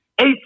eight